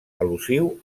al·lusiu